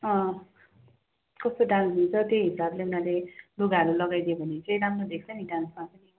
अँ कस्तो डान्स हुन्छ त्यही हिसाबले लुगाहरू लगाइदियो भने चाहिँ राम्रो देख्छ नि डान्समा